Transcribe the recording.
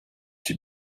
die